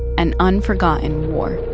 an unforgotten war